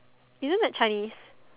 isn't that Chinese